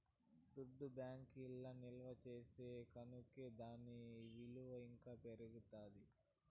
దుడ్డు బ్యాంకీల్ల నిల్వ చేస్తారు కనుకో దాని ఇలువ ఇంకా పెరుగుతాది